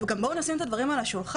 אבל בואו גם נשים את הדברים על השולחן,